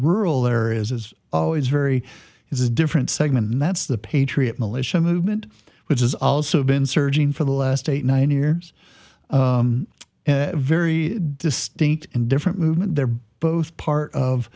rural areas is always very is a different segment and that's the patriot militia movement which has also been surging for the last eight nine years very distinct and different movement they're both part of